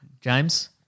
James